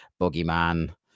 Boogeyman